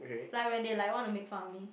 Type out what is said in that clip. like when they like want to make fun of me